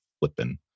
flipping